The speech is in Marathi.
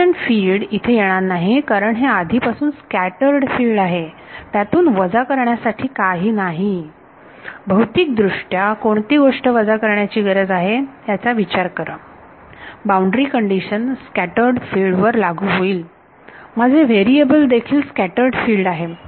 इन्सिडेंट फिल्ड इथे येणार नाही कारण हे आधीपासून स्कॅटर्ड फिल्ड आहे त्यातून वजा करण्यासाठी काही नाही भौतिक दृष्ट्या कोणती गोष्ट वजा करण्या ची गरज आहे याचा विचार करा बाउंड्री कंडिशन स्कॅटर्ड फिल्ड वर लागू होईल माझे चल देखील स्कॅटर्ड फिल्ड आहे